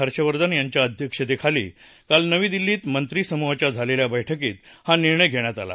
हर्षवर्धन यांच्या अध्यक्षतेखाली काल नवी दिल्लीत मंत्रीसमुहाच्या झालेल्या बैठकीत हा निर्णय घेण्यात आला